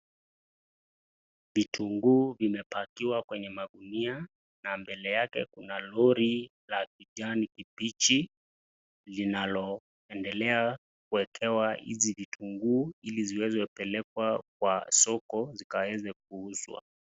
Vitunguu vimepakiwa kwenye magunia na mbele yake kuna lori la kijani kibichi linaloendelea kuwekewa hizi vitunguu, ili ziweze kupelekwa kwa soko zikaweze kuuzwa.